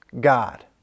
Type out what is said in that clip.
God